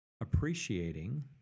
Appreciating